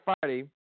Friday